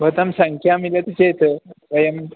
भवतां सङ्ख्या मिलति चेत् वयम्